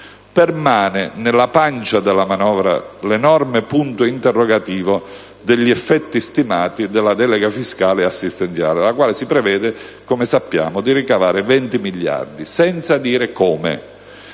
Permane nella pancia della manovra l'enorme punto interrogativo sugli effetti stimati della delega fiscale e assistenziale. Come sappiamo, si prevede di ricavare 20 miliardi ma senza dire come,